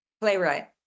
Playwright